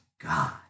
God